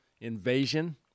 invasion